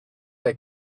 they